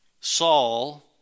Saul